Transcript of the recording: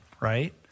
right